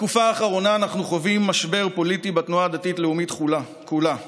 בתקופה האחרונה אנחנו חווים משבר פוליטי בתנועה הדתית-לאומית כולה.